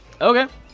okay